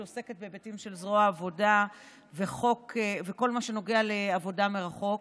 שעוסקת בהיבטים של זרוע העבודה וכל מה שנוגע לעבודה מרחוק,